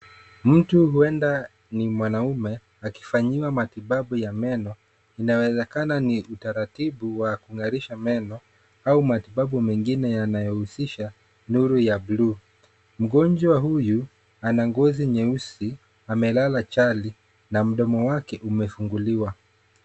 Mtu, huenda ni mwanaume, akifanyiwa matibabu ya meno, inawezekana ni utaratibu wa kung'arisha meno au matibabu mengine yanayohusisha nuru ya bluu. Mgonjwa huyu ana ngozi nyeusi, amelala chali na mdomo wake umefunguliwa.